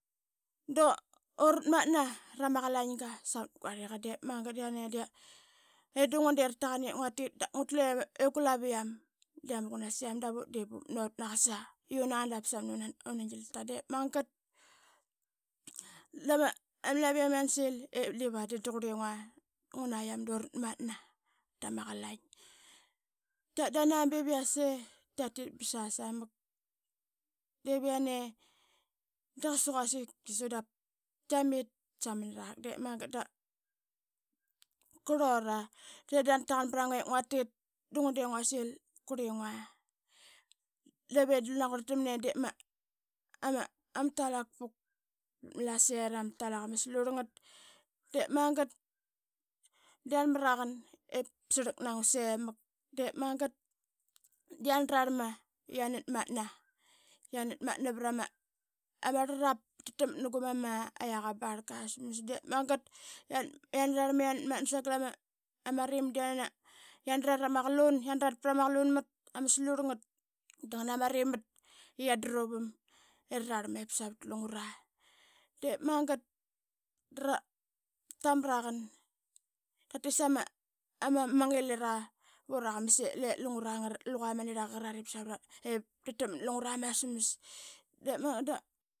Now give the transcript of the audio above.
Dura atmatna ta ma ma ama qalain ip savet gugarliqa. Diip magat da yani da i du ngua de rataqan ip ngua tit da ngutle qulaviam de ama qunasiam davat de bup nut na qasa i una da samnuna giltka qasa. De magat dama ama laviam yana sil ip diva dan da qurlingua nguna yam dura tmatna tama qalain. Tat dana bev i yase, tatit ba sasa mak bev i yane da qasa quasik otki su da tkiamit samn arak de magat da qurlura de da yana taqan vrangue ip ngua tilt da ngua de nguasil, qurlingua. Dave da naquarltamna da ma ama talak puk pat ma Malasaet ama talak ama slurlngat. De magat da yan mraqan ip srlak na ngua semak, de magat da yana rarlma i yana tmatna, yana tmatna vrama rlarap ip tatakmat nugu mam a yaqa ma barlka asmas. Diip magat da yana rarlma i yana tmatna sagal ama rim da yana rat ama qalun, yan rat prama qalunmat ama slurl ngat da ngana ma rim mat i yandruvam i ra rarlma ip savat lungra. De magat da ramraqan, ratis ama ama ngilira vura qamas ip ip lungra, luqa ma nirlaqa qarat savra ip takmat na lungra ama smas. De magat da.